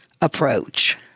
approach